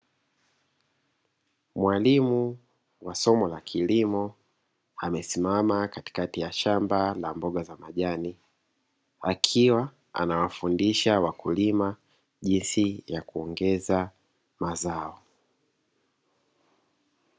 Mwalimu wa somo la kilimo amesimama katikati ya shamba la mboga za majani, akiwa anawafundisha wakulima jinsi ya kuongeza mazao.